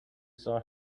saw